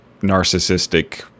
narcissistic